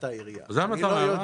אני לא מבקר את העירייה; אני לא יודע.